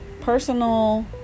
personal